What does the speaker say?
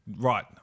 Right